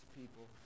people